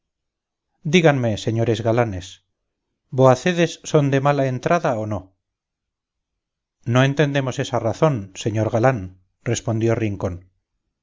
díganme señores galanes voacedes son de mala entrada o no no entendemos esa razón señor galán respondió rincón